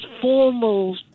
formal